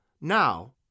Now